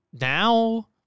Now